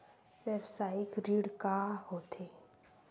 व्यवसायिक ऋण का होथे?